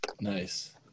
Nice